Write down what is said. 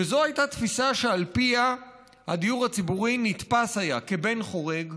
וזו הייתה תפיסה שעל פיה הדיור הציבורי נתפס היה כבן חורג,